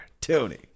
Tony